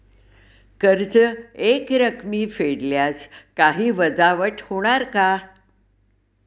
कर्ज एकरकमी फेडल्यास काही वजावट होणार का?